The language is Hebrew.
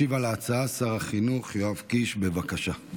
ישיב על ההצעה שר החינוך יואב קיש, בבקשה.